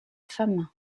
femme